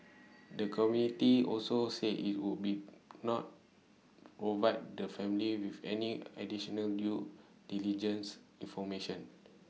the committee also said IT would be not provide the family with any additional due diligence information